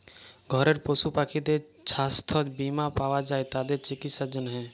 ঘরের পশু পাখিদের ছাস্থ বীমা পাওয়া যায় তাদের চিকিসার জনহে